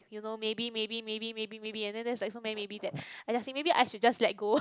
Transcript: you know maybe maybe maybe maybe maybe and then that's like so many maybe that I just think like maybe I should just let go